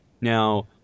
now